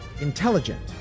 intelligent